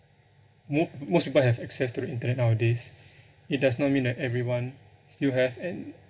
mo~ most people have access to the internet nowadays it does not mean that everyone still have an